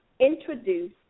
introduce